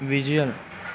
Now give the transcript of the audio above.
visual